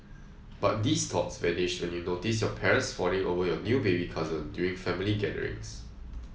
but these thoughts vanished when you notice your parents fawning over your new baby cousin during family gatherings